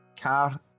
car